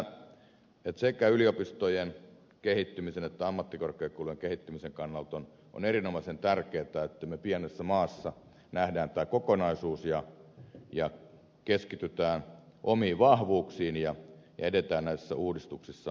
minä näen että sekä yliopistojen kehittymisen että ammattikorkeakoulujen kehittymisen kannalta on erinomaisen tärkeätä että me pienessä maassa näemme tämän kokonaisuuden ja keskitymme omiin vahvuuksiimme ja etenemme näissä uudistuksissa vahvuuksien kautta